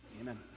Amen